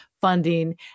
funding